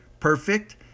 perfect